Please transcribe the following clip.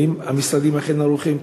האם המשרדים אכן ערוכים?